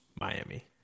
Miami